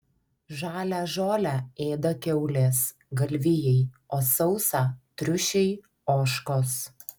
žalią žolę ėda kiaulės galvijai o sausą triušiai ožkos